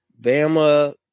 Bama